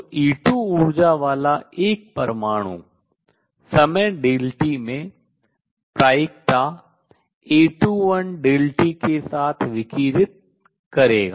तो E2 ऊर्जा वाला एक परमाणु समय Δt में प्रायिकता A21t के साथ विकिरित करेगा